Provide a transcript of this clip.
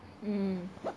mm